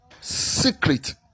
Secret